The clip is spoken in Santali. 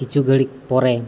ᱠᱤᱪᱷᱩ ᱜᱷᱟᱹᱲᱤᱡ ᱯᱚᱨᱮ